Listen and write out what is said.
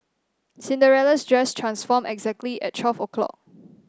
Cinderella's dress transformed exactly at twelve o'clock